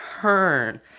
turn